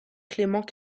clément